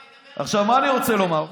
עכשיו, מה אני רוצה לומר,